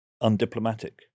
undiplomatic